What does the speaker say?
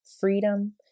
freedom